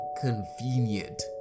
convenient